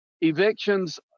Evictions